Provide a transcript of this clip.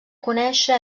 conèixer